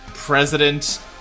President